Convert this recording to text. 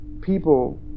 people